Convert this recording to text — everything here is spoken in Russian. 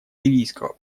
ливийского